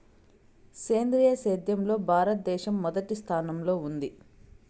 సేంద్రీయ సేద్యంలో భారతదేశం మొదటి స్థానంలో ఉంది